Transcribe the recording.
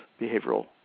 behavioral